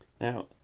Now